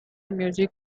music